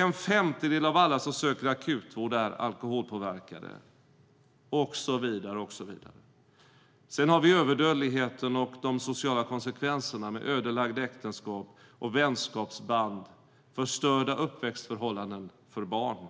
En femtedel av alla som söker akutvård är alkoholpåverkade och så vidare. Sedan har vi överdödligheten och de sociala konsekvenserna med ödelagda äktenskap och vänskapsband och förstörda uppväxtförhållanden för barn.